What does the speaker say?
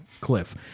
Cliff